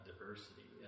Diversity